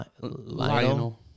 Lionel